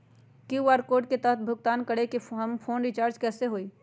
QR code के तहद भुगतान करके हम फोन रिचार्ज कैसे होई?